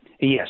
Yes